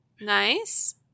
Nice